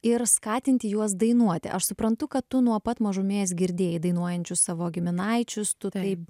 ir skatinti juos dainuoti aš suprantu kad tu nuo pat mažumės girdėjai dainuojančių savo giminaičius tu taip